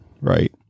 right